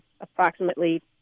approximately